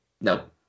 No